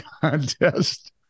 contest